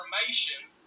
information